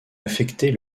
affecter